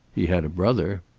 he had a brother.